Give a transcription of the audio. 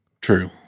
True